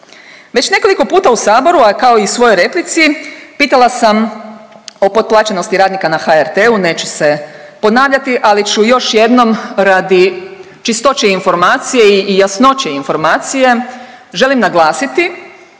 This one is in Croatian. Već nekoliko puta u saboru, a i u svojoj replici pitala sam o potplaćenosti radnika na HRT-u, neću se ponavljati ali ću još jednom radi čistoće informacije i jasnoće informacije želim naglasiti